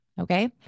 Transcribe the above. Okay